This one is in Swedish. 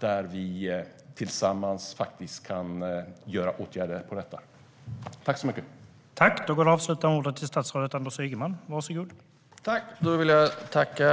där vi tillsammans kan vidta åtgärder på detta område.